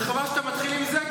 וחבל שאתה מתחיל עם זה,